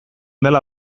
dela